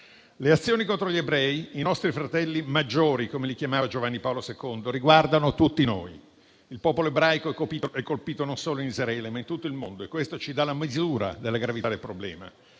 Le azioni contro gli ebrei, i nostri fratelli maggiori (come li chiamava Giovanni Paolo II), riguardano tutti noi. Il popolo ebraico è colpito non solo in Israele, ma in tutto il mondo, e questo ci dà la misura della gravità del problema.